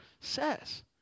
says